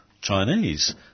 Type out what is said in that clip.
Chinese